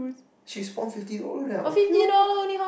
she spon fifty dollar then I okay lor